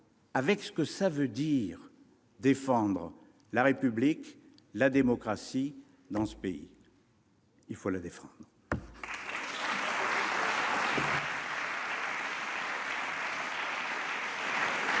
avec ce que cela veut dire, défendre la République, la démocratie dans notre pays ? Il faut les défendre